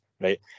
right